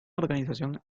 organización